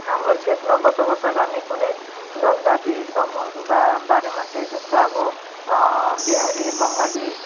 हाम्रो क्षेत्रमा बसोबासो गर्ने कुनै जनजाति समूहहरू बा बारेमा चाहिँ जस्तो अब बिहारी बङ्गाली